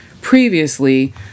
previously